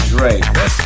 Dre